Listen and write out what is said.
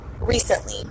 recently